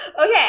okay